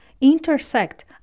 intersect